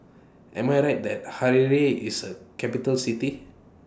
Am I Right that Harare IS A Capital City